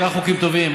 העיקר חוקים טובים.